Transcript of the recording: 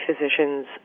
physician's